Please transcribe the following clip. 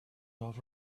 off